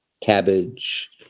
cabbage